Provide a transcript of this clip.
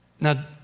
Now